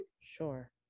Sure